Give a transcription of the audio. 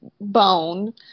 bone